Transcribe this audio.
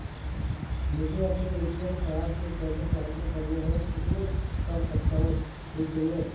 मुझे अपने ATM card से पैसे ट्रांसफर करने हैं कितने कर सकता हूँ एक दिन में?